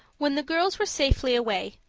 when the girls were safely away,